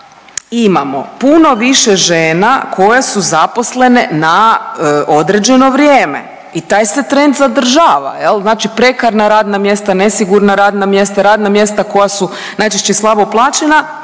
imamo puno više žena koje su zaposlene na određeno vrijeme i taj se trend zadržava jel, znači prekarna radna mjesta, nesigurna radna mjesta, radna mjesta koja su najčešće slabo plaćena,